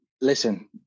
listen